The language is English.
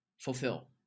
fulfill